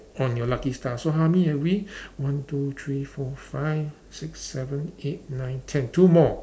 on your lucky star so how many have we one two three four five six seven eight nine ten two more